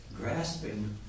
grasping